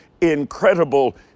incredible